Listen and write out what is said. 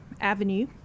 Avenue